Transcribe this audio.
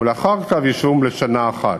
ולאחר כתב-אישום, לשנה אחת.